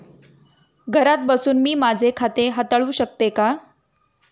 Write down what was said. घरात बसून मी माझे खाते हाताळू शकते का?